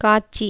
காட்சி